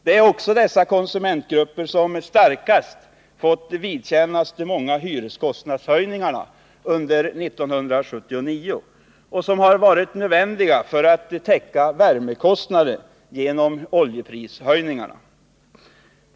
Det är också dessa konsumentgrupper som starkast fått vidkännas de många hyreskostnadshöjningarna under 1979, vilka varit nödvändiga för att täcka värmekostnader genom oljeprishöjningar.